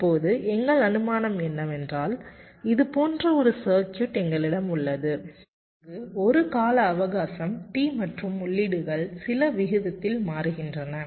இப்போது எங்கள் அனுமானம் என்னவென்றால் இது போன்ற ஒரு சர்க்யூட் எங்களிடம் உள்ளது அங்கு ஒரு கால அவகாசம் T மற்றும் உள்ளீடுகள் சில விகிதத்தில் மாறுகின்றன